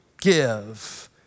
give